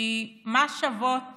כי מה שוות